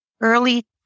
early